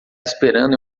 esperando